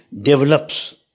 develops